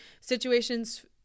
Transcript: situations